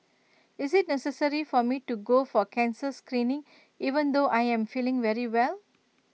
is IT necessary for me to go for cancer screening even though I am feeling very well